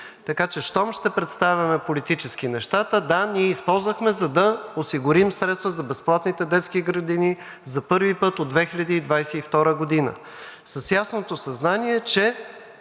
Така че щом ще представяме политически нещата, да, ние използвахме, за да осигурим средства за безплатните детски градини – за първи път от 2022 г., с ясното съзнание, че